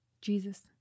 Jesus